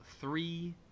three